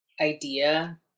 idea